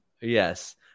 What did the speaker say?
yes